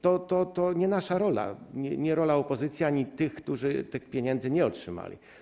To nie nasza rola, nie rola opozycji ani tych, którzy tych pieniędzy nie otrzymali.